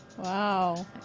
Wow